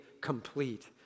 complete